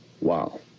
Wow